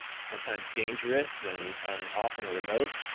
sometimes dangerous and often remote,